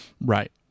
Right